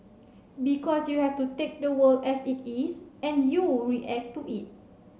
because you have to take the world as it is and you react to it